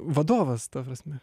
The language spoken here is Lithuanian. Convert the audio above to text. vadovas ta prasme